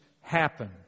happen